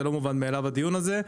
זה לא מובן מאליו הדיון הזה,